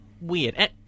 Weird